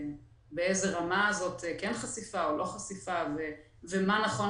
באיזה רמה זאת כן חשיפה או לא חשיפה ומה נכון